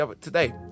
today